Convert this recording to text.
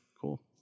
Cool